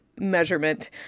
measurement